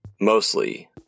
mostly